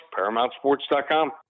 paramountsports.com